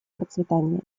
процветания